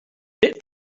lit